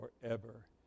forever